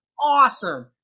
awesome